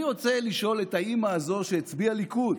אני רוצה לשאול את האימא הזו, שהצביעה ליכוד: